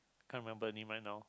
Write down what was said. can't remember any right now